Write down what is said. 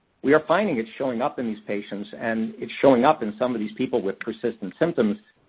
we are finding it's showing up in these patients and it's showing up in some of these people with persistent symptoms.